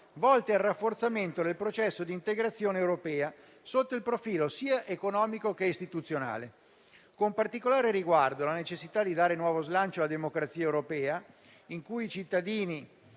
volte al rafforzamento del processo di integrazione europea sotto il profilo sia economico che istituzionale, con particolare riguardo alla necessità di dare nuovo slancio alla democrazia europea, in cui i cittadini